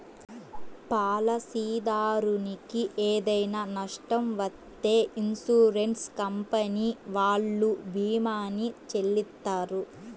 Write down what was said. పాలసీదారునికి ఏదైనా నష్టం వత్తే ఇన్సూరెన్స్ కంపెనీ వాళ్ళు భీమాని చెల్లిత్తారు